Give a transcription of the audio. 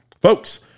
Folks